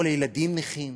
או לילדים נכים,